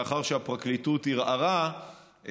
לאחר שהפרקליטות שערערה,